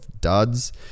duds